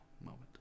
moment